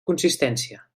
consistència